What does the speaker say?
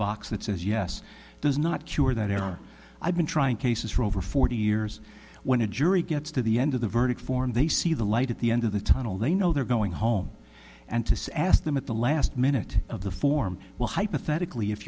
box that says yes does not cure that error i've been trying cases for over forty years when a jury gets to the end of the verdict form they see the light at the end of the tunnel they know they're going home and to ask them at the last minute of the form well hypothetically if